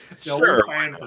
Sure